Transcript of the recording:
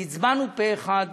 והצבענו פה-אחד